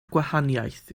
gwahaniaeth